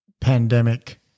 pandemic